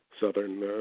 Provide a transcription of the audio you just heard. Southern